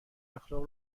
اخلاق